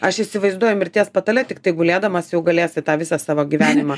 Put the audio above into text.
aš įsivaizduoju mirties patale tiktai gulėdamas jau galėsi tą visą savo gyvenimą